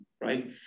right